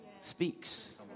speaks